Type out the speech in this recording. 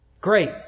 great